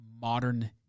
modern